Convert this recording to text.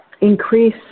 increase